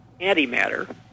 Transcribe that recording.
antimatter